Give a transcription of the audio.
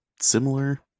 similar